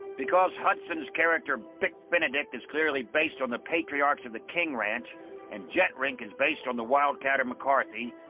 because hudson's character bick benedict is clearly based on the patriarchs of the king ranch and jett rink is based on the wildcatter mccarthy,